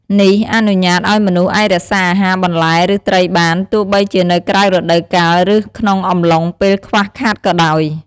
នេះអនុញ្ញាតឲ្យមនុស្សអាចរក្សាអាហារបន្លែ ឬ ត្រីបាន ទោះបីជានៅក្រៅរដូវកាល ឬក្នុងអំឡុងពេលខ្វះខាតក៏ដោយ។